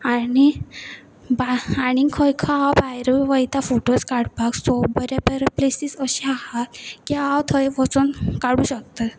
आनी आनी खंय खंय हांव भायरूय वयता फोटोज काडपाक सो बरे बरे प्लेसीस अशे आसात की हांव थंय वचून काडूं शकता